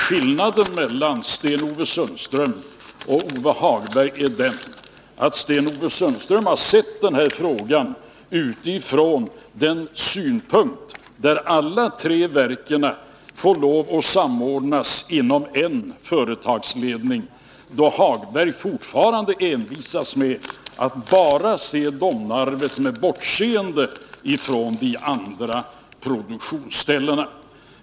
Skillnaden mellan Sten-Ove Sundström och Lars-Ove Hagberg är den att Sten-Ove Sundström har sett den här frågan utifrån uppfattningen att alla tre verken får lov att samordnas inom en företagsledning, medan Lars-Ove Hagberg fortfarande envisas med att bara ta hänsyn till Domnarvet och bortse från de andra produktionsställena.